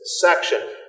section